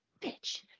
bitch